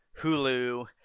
Hulu